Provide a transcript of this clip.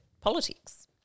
politics